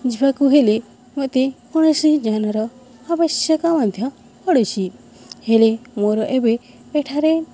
ଯିବାକୁ ହେଲେ ମୋତେ କୌଣସି ଯାନର ଆବଶ୍ୟକ ମଧ୍ୟ ପଡ଼ୁଛି ହେଲେ ମୋର ଏବେ ଏଠାରେ